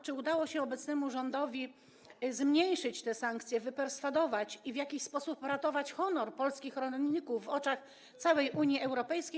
Czy udało się obecnemu rządowi zmniejszyć te sankcje, wyperswadować je i w jakiś sposób ratować honor polskich rolników w oczach całej Unii Europejskiej?